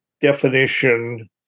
definition